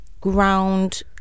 ground